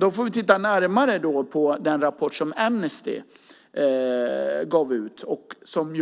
Då får vi titta närmare på en rapport från Amnesty som